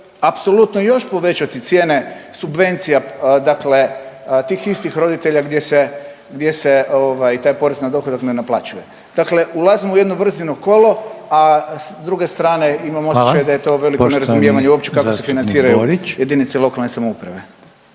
apsolutno još povećati cijene subvencija, dakle tih istih roditelja gdje se taj porez na dohodak ne naplaćuje. Dakle, ulazimo u jedno vrzino kolo, a s druge strane imam osjećaj … …/Upadica Reiner: Hvala./… … da je to veliko nerazumijevanje uopće kako se financiraju jedinice lokalne samouprave.